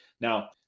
Now